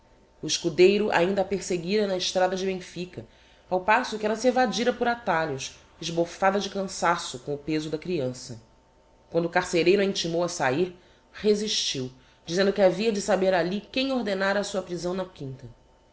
o escudeiro ainda a perseguira na estrada de bemfica ao passo que ella se evadira por atalhos esbofada de cansaço com o peso da criança quando o carcereiro a intimou a sahir resistiu dizendo que havia de saber alli quem ordenára a sua prisão na quinta